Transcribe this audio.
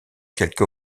quelque